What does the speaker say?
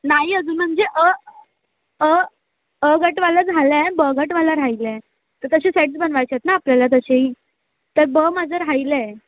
नाही अजून म्हणजे अ अ अ गटवालं झालं आहे ब गटवालं राहिलं आहे तर तसे सेट्स बनवायचे आहेत ना आपल्याला तसेही तर ब माझं राहिलं आहे